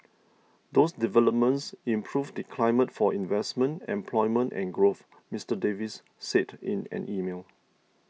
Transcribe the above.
those developments improve the climate for investment employment and growth Mister Davis said in an email